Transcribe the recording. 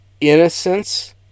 Innocence